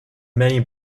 many